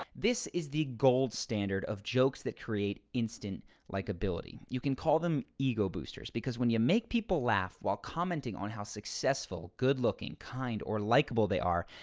this is the gold standard of jokes that create instant likeability. you can call them ego boosters because when you make people laugh while commenting on how successful, good-looking, kind or likeable they are,